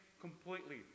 completely